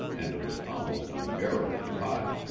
and it was almost unbearably hot,